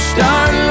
Start